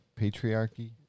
patriarchy